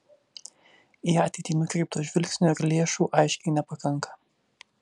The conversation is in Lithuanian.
į ateitį nukreipto žvilgsnio ir lėšų aiškiai nepakanka